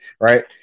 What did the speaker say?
right